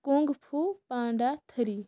king fu panda three